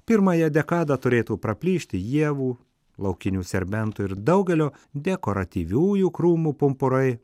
pirmąją dekadą turėtų praplyšti ievų laukinių serbentų ir daugelio dekoratyviųjų krūmų pumpurai